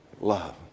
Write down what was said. love